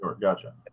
Gotcha